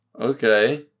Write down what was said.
okay